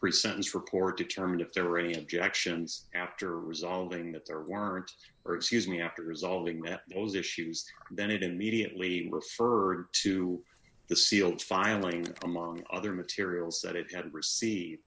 sentence report determined if there were any objections after resolving that there warrant or excuse me after resolving that those issues then it immediately refer to the sealed filing among other materials that it had recei